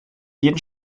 jeden